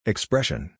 Expression